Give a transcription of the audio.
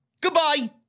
Goodbye